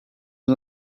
and